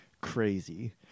crazy